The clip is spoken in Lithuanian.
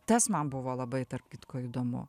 tas man buvo labai tarp kitko įdomu